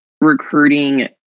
recruiting